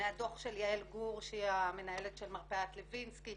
מהדו"ח של יעל גור שהיא המנהלת של מרפאת לוינסקי